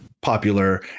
popular